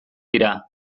dira